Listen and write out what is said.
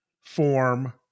form